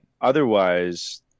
otherwise